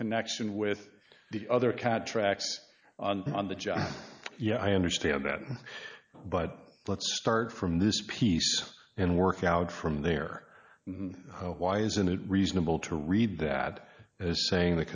connection with the other cat tracks on the job yeah i understand that but let's start from this piece and work out from there why isn't it reasonable to read that as saying the